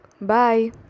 Bye